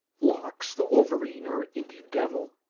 lox, the wol verine, or indian devil,